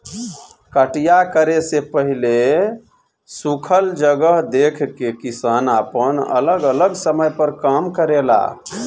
कटिया करे से पहिले सुखल जगह देख के किसान आपन अलग अलग समय पर काम करेले